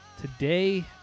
today